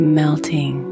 melting